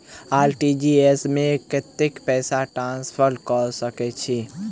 RTGS मे कतेक पैसा ट्रान्सफर कऽ सकैत छी?